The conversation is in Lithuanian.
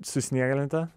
su snieglente